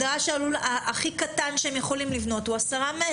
הלול הכי קטן שהם יכולים לבנות הוא בגודל 10 מטרים.